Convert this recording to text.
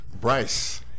Bryce